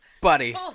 buddy